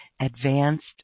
Advanced